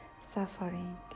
suffering